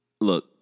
look